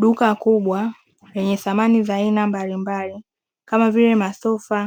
Duka kubwa lenye samani za aina mbalimbali kama vile masofa,